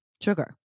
Sugar